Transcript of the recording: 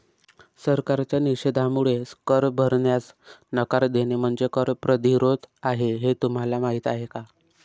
सरकारच्या निषेधामुळे कर भरण्यास नकार देणे म्हणजे कर प्रतिरोध आहे हे तुम्हाला माहीत आहे का